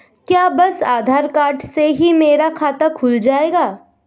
क्या बस आधार कार्ड से ही मेरा खाता खुल जाएगा?